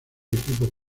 equipo